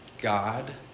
God